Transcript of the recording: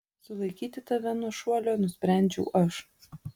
sulaikyti tave nuo šuolio nusprendžiau aš